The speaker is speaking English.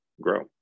grow